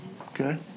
Okay